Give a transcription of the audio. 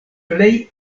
plej